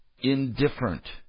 indifferent